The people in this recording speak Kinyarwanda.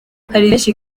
benshi